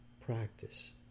practice